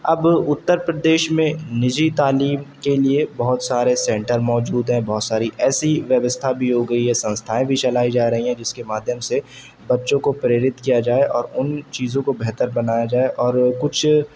اب اتر پردیش میں نجی تعلیم کے لیے بہت سارے سینٹر موجود ہے بہت ساری ایسی ویوستھا بھی ہو گئی ہے سنستھائیں بھی چلائی جا رہی ہیں جس کے مادھیم سے بچوں کو پریرت کیا جائے اور ان چیزوں کو بہتر بنایا جائے اور کچھ